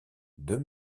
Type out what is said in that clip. deux